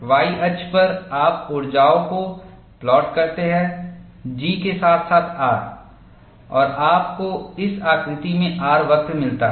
Y अक्ष पर आप ऊर्जाओं को प्लॉट करते हैं G के साथ साथ R और आपको इस आकृति में R वक्र मिलता है